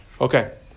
Okay